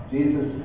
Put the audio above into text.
Jesus